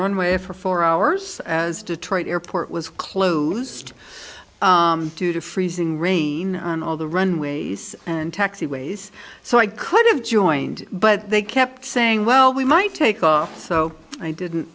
runway for four hours as detroit airport was closed due to freezing rain and all the runways and taxiways so i could have joined but they kept saying well we might take off so i didn't